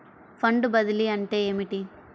Fund బదిలీ అంటే ఏమిటి?